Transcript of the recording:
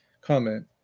comment